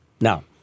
Now